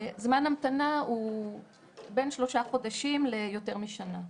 זמן ההמתנה הוא בין שלושה חודשים ליותר משנה.